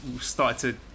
started